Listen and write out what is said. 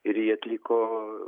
ir jį atliko